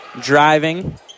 Driving